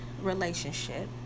relationship